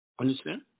Understand